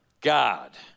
God